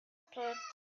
pit